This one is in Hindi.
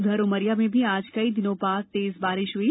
उधर उमरिया में भी आज कई दिनों बाद तेज बारिश हुई